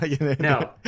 no